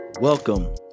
welcome